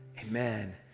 Amen